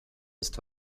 ist